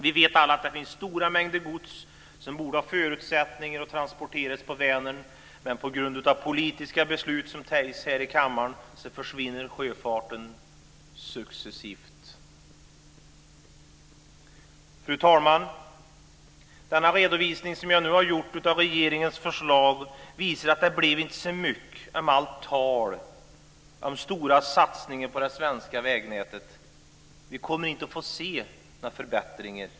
Vi vet alla att det finns stora mängder gods som borde ha förutsättningar att kunna transporteras på Vänern, men på grund av politiska beslut som fattats här i kammaren försvinner sjöfarten successivt. Fru talman! Den redovisning som jag nu har gjort av regeringens förslag visar att det inte blev så mycket av allt tal om stora satsningar på det svenska vägnätet. Vi kommer inte att få se några förbättringar.